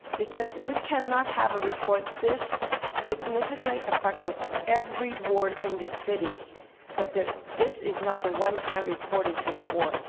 because we cannot have a report this significantly affected every ward in this city that the this is not the one time reported to the board.